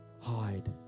Hide